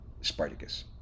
Spartacus